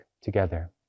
together